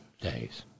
days